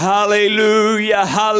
Hallelujah